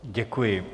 Děkuji.